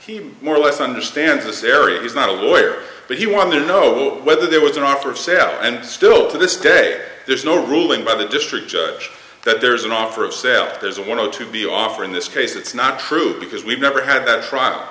team more or less understands this area is not a lawyer but he wanted to know whether there was an offer of sal and still to this day there's no ruling by the district judge that there's an offer of sale there's a want to be offer in this case it's not true because we've never had that trial